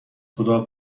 خدا